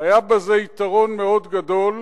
היה בזה יתרון מאוד גדול.